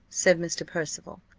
said mr. percival.